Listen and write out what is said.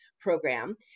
program